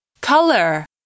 color